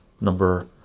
number